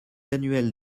annuel